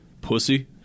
pussy